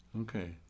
Okay